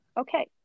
Okay